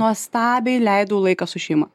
nuostabiai leidau laiką su šeima